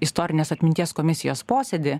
istorinės atminties komisijos posėdį